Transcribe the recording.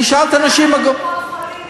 אני שאלתי אנשים, קופות-חולים